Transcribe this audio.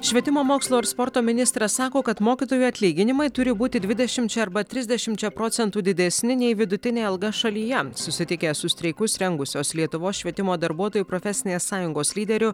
švietimo mokslo ir sporto ministras sako kad mokytojų atlyginimai turi būti dvidešimčia arba trisdešimčia procentų didesni nei vidutinė alga šalyje susitikęs su streikus rengusios lietuvos švietimo darbuotojų profesinės sąjungos lyderiu